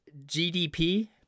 GDP